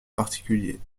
particulier